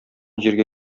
җиргә